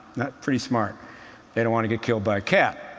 pretty smart they don't want to get killed by a cat.